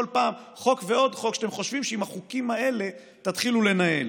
כל פעם חוק ועוד חוק שאתם חושבים שעם החוקים האלה תתחילו לנהל.